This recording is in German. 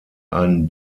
einen